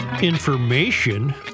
information